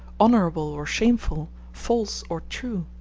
honorable or shameful, false or true?